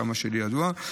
עד כמה שידוע לי.